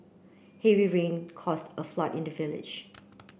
heavy rain caused a flood in the village